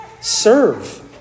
serve